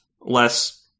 less